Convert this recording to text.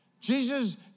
Jesus